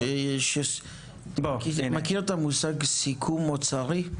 אתה מכיר את המושג סיכום אוצרי?